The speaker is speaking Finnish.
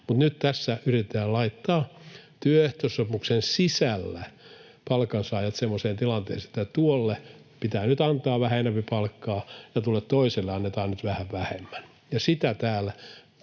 Mutta nyt tässä yritetään laittaa työehtosopimuksen sisällä palkansaajat semmoiseen tilanteeseen, että tuolle pitää nyt antaa vähän enempi palkkaa ja tuolle toiselle annetaan nyt vähän vähemmän. Sitä tällä